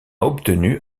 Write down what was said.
obtenu